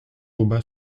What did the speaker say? aubin